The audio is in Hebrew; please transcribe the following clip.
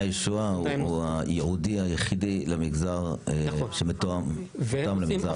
הישועה הוא הייעודי היחידי שמותאם גם למגזר החרדי.